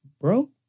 bro